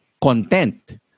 content